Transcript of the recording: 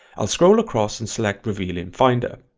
i'll scroll across and select reveal in finder,